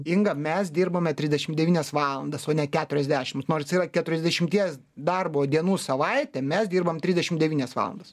inga mes dirbame trisdešimt devynias valandas o ne keturiasdešimts nors yra keturiasdešimties darbo dienų savaitė mes dirbam trisdešimt devynias valandas